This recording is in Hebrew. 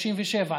67,